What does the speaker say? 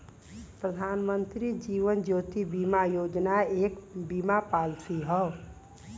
प्रधानमंत्री जीवन ज्योति बीमा योजना एक बीमा पॉलिसी हौ